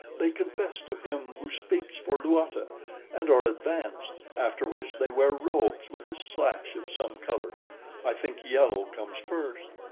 they confess to him who speaks for luata and are advanced, after which they wear robes with a slash of some color i think yellow comes first.